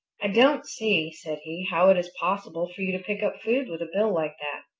i don't see, said he, how it is possible for you to pick up food with a bill like that.